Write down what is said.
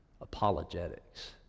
apologetics